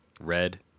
Red